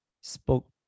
spoke